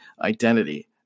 identity